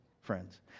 friends